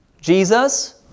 jesus